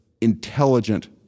intelligent